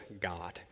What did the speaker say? God